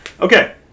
Okay